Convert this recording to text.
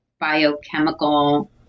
biochemical